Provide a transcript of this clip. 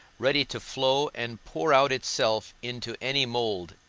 ready to flow and pour out itself into any mould,